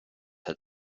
had